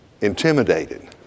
intimidated